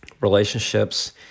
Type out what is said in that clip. relationships